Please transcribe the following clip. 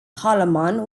holloman